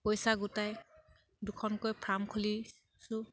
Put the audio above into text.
পইচা গোটাই দুখনকৈ ফাৰ্ম খুলিছোঁ